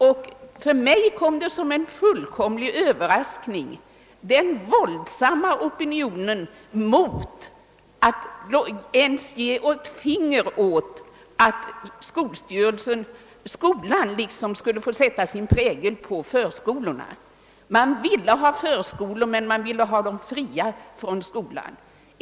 Den våldsamma reaktionen mot att ens ge ett finger åt möjligheten att skolan skulle få sätta sin prägel på förskolan kom som en fullständig överraskning för mig. Man ville ha förskolor men man ville ha dem fria från skolan.